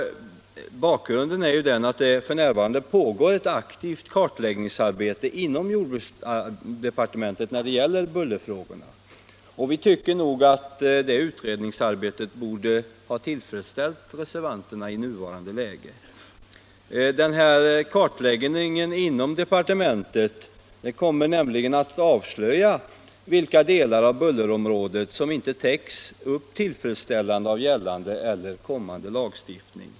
Bakgrunden är ju den att det inom jordbruksdepartementet f.n. pågår en kartläggning av bullerfrågorna, och vi tycker nog att det borde ha tillfredsställt reservanterna i nuvarande läge. Den kartläggningen kommer nämligen att avslöja vilka delar av bullerområdet som inte täcks upp tillfredsställande av gällande eller kommande lagstiftning.